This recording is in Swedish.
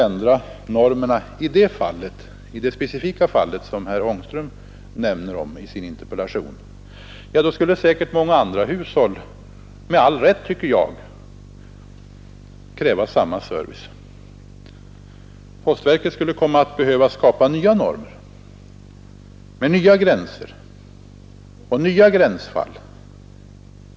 Om 10 februari 1972 postverket i det specifika fall som herr Ångström omnämner i sin interpellation skulle ändra normerna, skulle säkert många andra hushåll — med all rätt — kräva samma service. Postverket skulle behöva skapa nya normer med nya gränsfall osv.